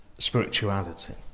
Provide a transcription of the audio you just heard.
Spirituality